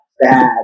bad